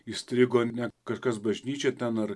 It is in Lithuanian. įstrigo ne kažkas bažnyčioj ten ar